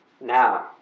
Now